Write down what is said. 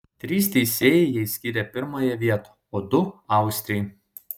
trys teisėjai jai skyrė pirmąją vietą o du austrei